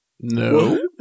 no